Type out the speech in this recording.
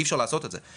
אי אפשר לעשות את זה.